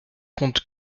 compte